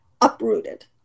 uprooted